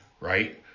right